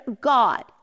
God